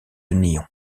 nyon